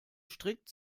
strikt